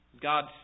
God